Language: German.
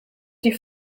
die